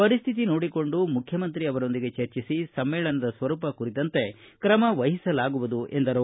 ಪರಿಸ್ವಿತಿ ನೋಡಿಕೊಂಡು ಮುಖ್ಯಮಂತ್ರಿ ಅವರೊಂದಿಗೆ ಚರ್ಚಿಸಿ ಸಮ್ಮೇಳನದ ಸ್ವರೂಪ ಕುರಿತಂತೆ ಕ್ರಮವಹಿಸಲಾಗುವುದು ಎಂದರು